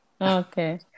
Okay